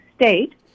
state